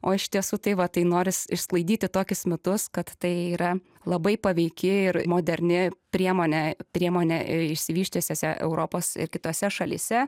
o iš tiesų tai va tai noris išsklaidyti tokius mitus kad tai yra labai paveiki ir moderni priemonė priemonė išsivysčiusiose europos ir kitose šalyse